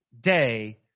day